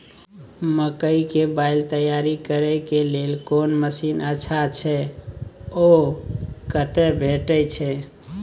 मकई के बाईल तैयारी करे के लेल कोन मसीन अच्छा छै ओ कतय भेटय छै